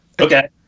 okay